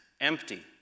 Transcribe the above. empty